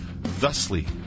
thusly